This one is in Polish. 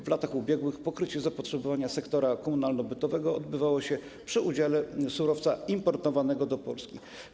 W latach ubiegłych pokrycie zapotrzebowania sektora komunalno-bytowego następowało przy udziale surowca importowanego do Polski.